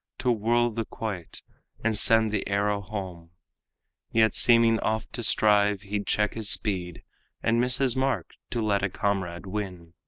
to whirl the quoit and send the arrow home yet seeming oft to strive, he'd check his speed and miss his mark to let a comrade win.